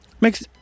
makes